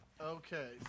Okay